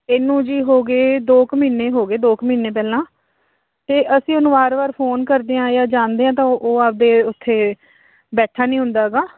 ਇਹਨੂੰ ਜੀ ਹੋ ਗਏ ਦੋ ਕੁ ਮਹੀਨੇ ਹੋ ਗਏ ਦੋ ਕੁ ਮਹੀਨੇ ਪਹਿਲਾਂ ਤਾਂ ਅਸੀਂ ਉਹਨੂੰ ਵਾਰ ਵਾਰ ਫੋਨ ਕਰਦੇ ਹਾਂ ਜਾਂ ਜਾਂਦੇ ਆ ਤਾਂ ਉਹ ਆਪਦੇ ਉੱਥੇ ਬੈਠਾ ਨਹੀਂ ਹੁੰਦਾ ਹੈਗਾ